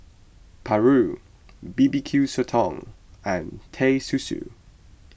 Paru B B Q Sotong and Teh Susu